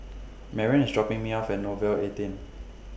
Marrion IS dropping Me off At Nouvel eighteen